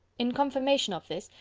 in confirmation of this,